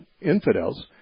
infidels